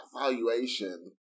valuation